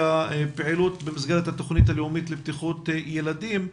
הפעילות במסגרת התוכנית הלאומית לבטיחות ילדים.